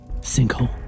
Sinkhole